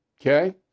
Okay